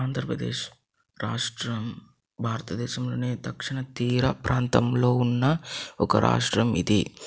ఆంధ్రప్రదేశ్ రాష్ట్రం భారతదేశంలోని దక్షిణ తీర ప్రాంతంలో ఉన్న ఒక రాష్ట్రం ఇది